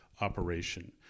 operation